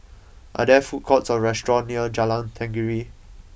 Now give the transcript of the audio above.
are there food courts or restaurants near Jalan Tenggiri